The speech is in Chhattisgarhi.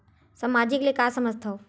सामाजिक ले का समझ थाव?